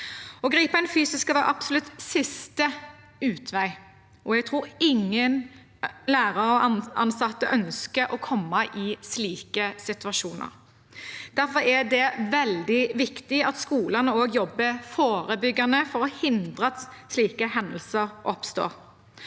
Å gripe inn fysisk skal være absolutt siste utvei, og jeg tror ingen lærer eller ansatt ønsker å komme i slike situasjoner. Derfor er det veldig viktig at skolene også jobber forebyggende for å hindre at slike hendelser oppstår.